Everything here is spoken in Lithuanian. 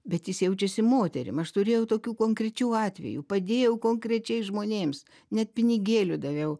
bet jis jaučiasi moterim aš turėjau tokių konkrečių atvejų padėjau konkrečiai žmonėms net pinigėlių daviau